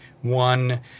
One